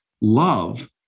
love